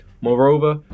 Moreover